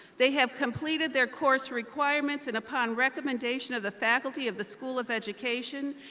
they have completed their course requirements and upon recommendation of the faculty of the school of education,